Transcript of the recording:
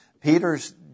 Peter's